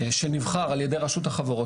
שנבחר על ידי רשות החברות,